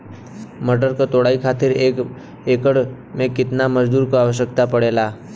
मटर क तोड़ाई खातीर एक एकड़ में कितना मजदूर क आवश्यकता पड़ेला?